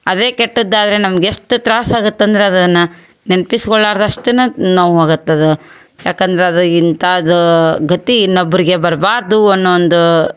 ಅದೇ ಕೆಟ್ಟದ್ದಾದರೆ ನಮ್ಗೆ ಎಷ್ಟು ತ್ರಾಸಾಗತ್ತೆ ಅಂದ್ರೆ ಅದನ್ನು ನೆನ್ಪಿಸ್ಕೊಳ್ಲಾರ್ದಷ್ಟ ನೋವಾಗತ್ತೆ ಅದು ಯಾಕಂದ್ರೆ ಅದು ಇಂಥದ್ದು ಗತಿ ಇನ್ನೊಬ್ಬರಿಗೆ ಬರಬಾರ್ದು ಅನ್ನೋ ಒಂದು